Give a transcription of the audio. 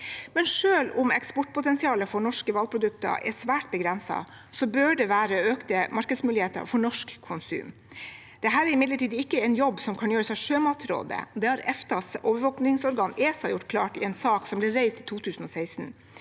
Selv om eksportpotensialet for norske hvalprodukter er svært begrenset, bør det være økte markedsmuligheter for norsk konsum. Dette er imidlertid ikke en jobb som kan gjøres av Sjømatrådet. Det har EFTAs overvåkningsorgan, ESA, gjort klart i en sak som ble reist i 2016.